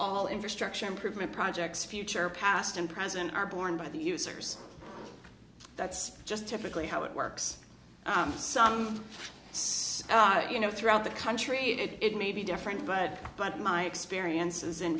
all infrastructure improvement projects future past and present are borne by the users that's just typically how it works some you know throughout the country it may be different but but my experiences in